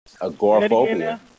Agoraphobia